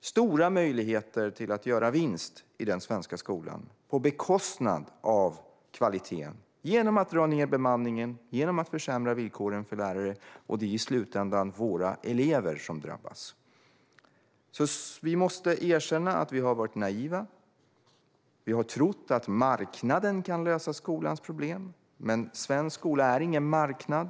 stora möjligheter att göra vinst i svensk skola på bekostnad av kvaliteten genom att dra ned på bemanningen och försämra villkoren för lärarna. I slutändan är det våra elever som drabbas. Vi måste erkänna att vi har varit naiva. Vi har trott att marknaden kan lösa skolans problem. Men svensk skola är ingen marknad.